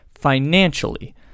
financially